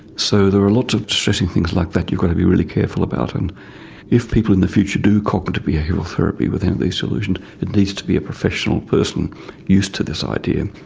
so there are lots of distressing things like that you've got to be really careful about and if people in the future do cognitive behavioural therapy with any of these delusions it needs to be a professional person used to this idea.